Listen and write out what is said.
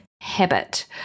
habit